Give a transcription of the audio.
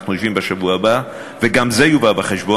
אנחנו יושבים בשבוע הבא וגם זה יובא בחשבון.